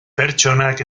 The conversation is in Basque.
pertsonak